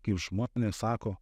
kaip žmonės sako